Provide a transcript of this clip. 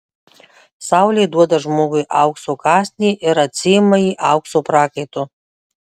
saulė duoda žmogui aukso kąsnį ir atsiima jį aukso prakaitu